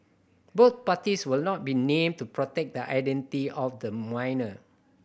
both parties will not be named to protect the identity of the minor